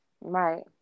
Right